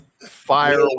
Fire